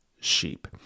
sheep